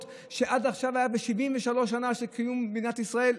שעד עכשיו הייתה ב-73 שנה של קיום מדינת ישראל,